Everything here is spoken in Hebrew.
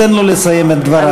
תן לו לסיים את דבריו.